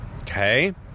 Okay